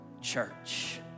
church